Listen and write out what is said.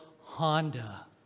Honda